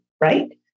right